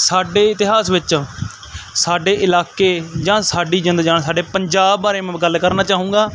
ਸਾਡੇ ਇਤਿਹਾਸ ਵਿੱਚ ਸਾਡੇ ਇਲਾਕੇ ਜਾਂ ਸਾਡੀ ਜਿੰਦ ਜਾਨ ਸਾਡੇ ਪੰਜਾਬ ਬਾਰੇ ਮੈਂ ਗੱਲ ਕਰਨਾ ਚਾਹੂੰਗਾ